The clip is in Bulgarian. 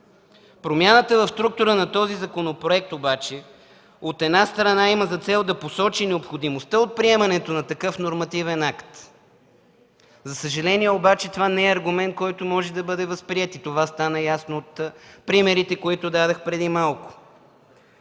Промяната в структурата на този законопроект обаче, от една страна, има за цел да посочи необходимостта от приемането на такъв нормативен акт. За съжаление обаче това не е аргумент, който може да бъде възприет. И това стана ясно от примерите, които дадох преди малко.